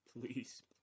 Please